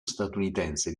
statunitense